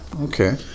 Okay